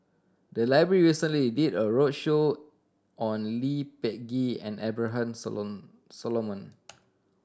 the library recently did a roadshow on Lee Peh Gee and Abraham Solomon